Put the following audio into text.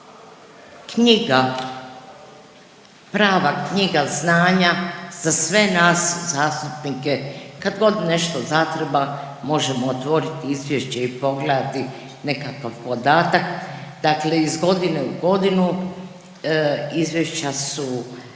knjiga, prava knjiga znanja za sve nas zastupnike kad god nešto zatreba, možemo otvoriti izvješće i pogledati nekakav podatak, dakle iz godine u godinu izvješća su